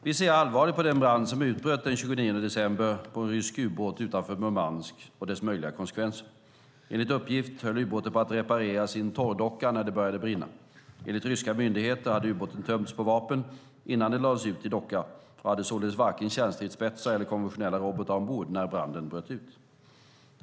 Vi ser allvarligt på den brand som utbröt den 29 december på en rysk ubåt utanför Murmansk och dess möjliga konsekvenser. Enligt uppgift höll ubåten på att repareras i en torrdocka när det började brinna. Enligt ryska myndigheter hade ubåten tömts på vapen innan den lades i docka och hade således varken kärnstridsspetsar eller konventionella robotar ombord när branden bröt ut.